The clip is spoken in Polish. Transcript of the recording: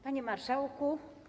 Panie Marszałku!